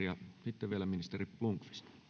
ja kehitysyhteistyöministeri sitten vielä ministeri blomqvist